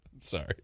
Sorry